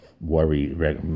worry